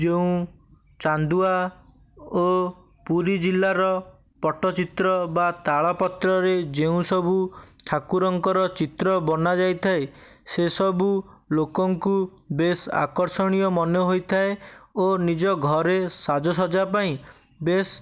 ଯେଉଁ ଚାନ୍ଦୁଆ ଓ ପୁରୀ ଜିଲ୍ଲାର ପଟ୍ଟଚିତ୍ର ବା ତାଳପତ୍ରରେ ଯେଉଁ ସବୁ ଠାକୁରଙ୍କର ଚିତ୍ର ବନାଯାଇଥାଏ ସେସବୁ ଲୋକଙ୍କୁ ବେଶ୍ ଆକର୍ଷଣୀୟ ମନେ ହୋଇଥାଏ ଓ ନିଜ ଘରେ ସାଜ ସଜ୍ଜା ପାଇଁ ବେଶ୍